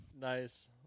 nice